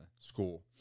school